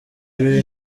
ibiri